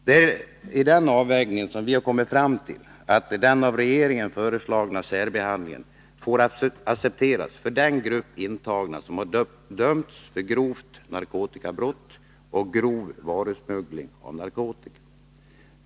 Det är i den avvägningen vi kommit fram till att den av regeringen föreslagna särbehandlingen får accepteras för den grupp intagna som dömts för grovt narkotikabrott och grov varusmuggling av narkotika.